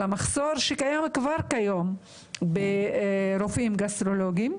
על המחסור שקיים כבר כיום ברופאים גסטרואנטרולוגים.